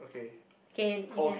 okay you can